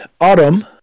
Autumn